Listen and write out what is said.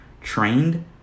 trained